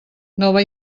nova